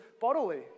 bodily